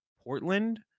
Portland